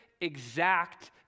exact